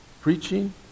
Preaching